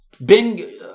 Ben